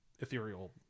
ethereal